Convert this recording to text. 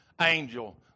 angel